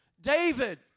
David